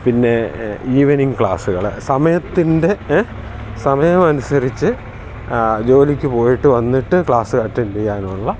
പിന്നെ ഈവനിംഗ് ക്ലാസ്സുകൾ സമയത്തിൻ്റെ ഏ സമയമനുസരിച്ചു ജോലിക്ക് പോയിട്ട് വന്നിട്ട് ക്ലാസ് അറ്റൻഡ് ചെയ്യാനുള്ള